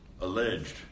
alleged